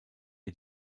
ihr